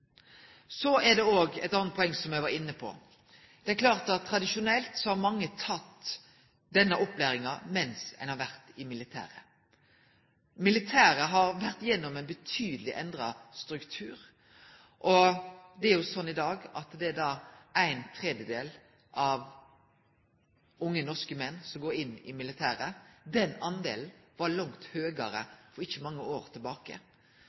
Så er det òg eit anna poeng som eg var inne på. Det er klart at tradisjonelt har mange teke denne opplæringa mens dei har vore i militæret. Militæret har vore gjennom ein betydeleg endra struktur, og i dag er det sånn at ⅓ av unge norske menn går inn i militæret. Den delen var langt høgare for ikkje mange år tilbake,